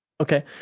okay